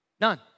None